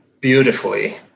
beautifully